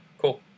cool